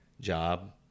job